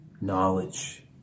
knowledge